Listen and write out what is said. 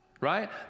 right